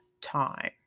time